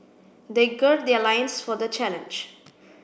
they gird their lions for the challenge